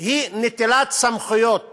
היא נטילת סמכויות